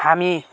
हामी